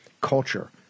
culture